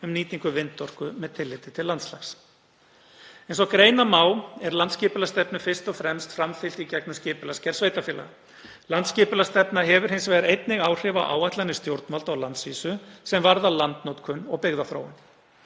um nýtingu vindorku með tilliti til landslags. Eins og greina má er landsskipulagsstefnu fyrst og fremst framfylgt í gegnum skipulagsgerð sveitarfélaga. Landsskipulagsstefna hefur hins vegar einnig áhrif á áætlanir stjórnvalda á landsvísu sem varða landnotkun og byggðaþróun.